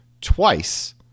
twice